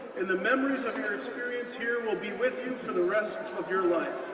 and the memories of your experience here will be with you for the rest of of your life.